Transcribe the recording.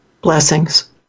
blessings